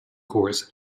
course